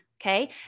Okay